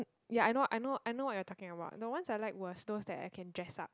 um ya I know I know I know what you're talking about the ones I like was those that I can dress up